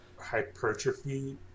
hypertrophy